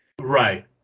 Right